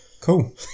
cool